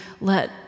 let